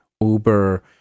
uber